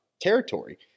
territory